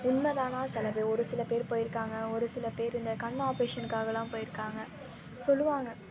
உண்மை தானா சில பேர் ஒரு சில பேர் போயி இருக்காங்க ஒரு சில பேர் இந்த கண் ஆப்ரேஷனுக்காகலாம் போயி இருக்காங்க சொல்லுவாங்க